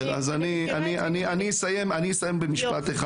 אז אני אסיים במשפט אחד.